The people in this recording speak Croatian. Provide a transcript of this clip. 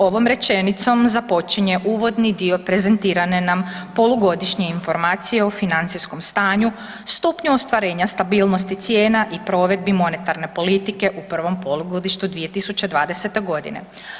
Ovom rečenicom započinje uvodni dio prezentirane nam Polugodišnje informacije o financijskom stanju, stupnju ostvarenja stabilnosti cijena i provedbi monetarne politike u prvom polugodištu 2020. godine.